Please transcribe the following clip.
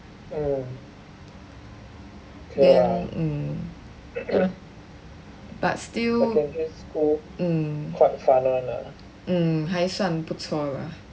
ya mm but still mm mm 还算不错 lah